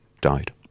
died